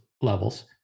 levels